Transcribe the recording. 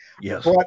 yes